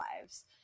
lives